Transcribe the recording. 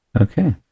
okay